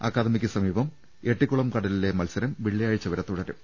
academic സമീപം എട്ടിക്കുളം കടലിലെ മത്സരം വെള്ളിയാഴ്ച വരെ തുടരും